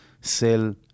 sell